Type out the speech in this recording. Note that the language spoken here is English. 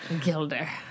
Gilder